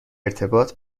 ارتباط